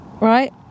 Right